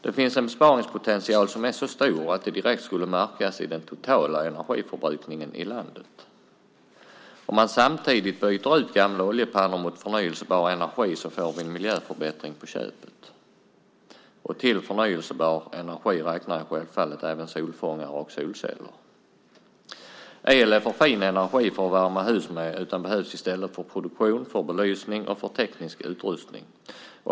Det finns en besparingspotential som är så stor att det direkt skulle märkas på den totala energiförbrukningen i landet. Byter man samtidigt ut gamla oljepannor mot förnybar energi får vi en miljöförbättring på köpet. Till förnybar energi räknar jag självfallet även solfångare och solceller. El är för fin energi för att värma hus med. Den behövs i stället för produktion, belysning och teknisk utrustning.